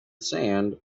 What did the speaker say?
sand